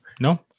no